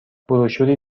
بروشوری